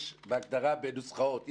יש הגדרה בנוסחאות,